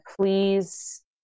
please